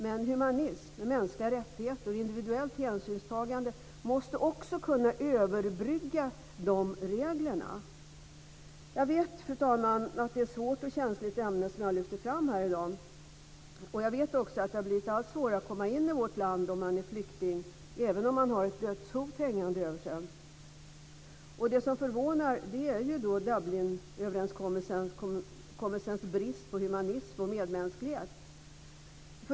Men humanism, mänskliga rättigheter och individuellt hänsynstagande måste också kunna överbrygga de reglerna. Fru talman! Jag vet att det är ett svårt och känsligt ämne som jag lyfter fram här i dag. Jag vet också att det har blivit allt svårare att komma in i vårt land om man är flykting, även om man har ett dödshot hängande över sig. Det som förvånar är Dublinöverenskommelsens brist på humanism och medmänsklighet.